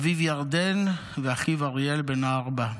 אביו ירדן ואחיו אריאל בן הארבע,